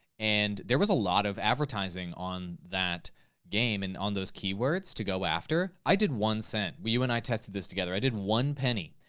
and there was a lot of advertising on that game and on those keywords to go after. i did one cent. you and i tested this together. i did one penny,